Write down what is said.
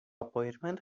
appointment